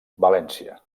valència